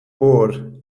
bored